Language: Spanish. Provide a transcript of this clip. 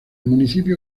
municipio